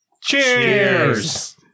Cheers